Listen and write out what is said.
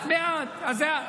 בעד, בעד.